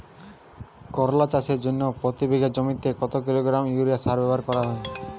করলা চাষের জন্য প্রতি বিঘা জমিতে কত কিলোগ্রাম ইউরিয়া সার ব্যবহার করা হয়?